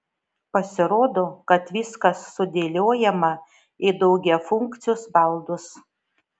pasirodo kad viskas sudėliojama į daugiafunkcius baldus